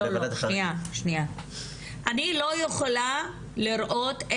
אני לא יכולה לראות,